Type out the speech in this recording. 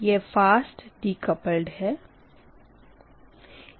यह fast decoupled है